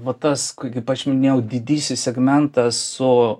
va tas kaip aš minėjau didysis segmentas su